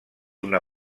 una